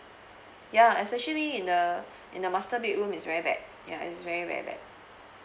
ya especially in the in the master bedroom is very bad ya is very very bad